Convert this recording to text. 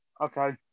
okay